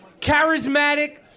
charismatic